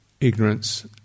ignorance